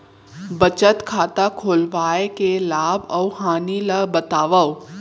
बचत खाता खोलवाय के लाभ अऊ हानि ला बतावव?